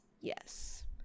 yes